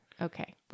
Okay